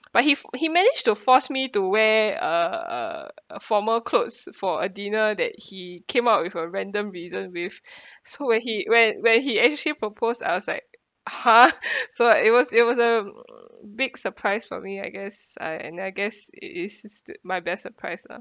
but he he managed to force me to wear a a a formal clothes for a dinner that he came out with a random reason with so when he when when he actually proposed I was like !huh! so it was it was um a big surprise for me I guess I and I guess it is is is my best surprise lah